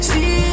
See